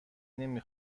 نمی